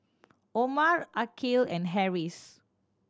Omar Aqil and Harris